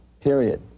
period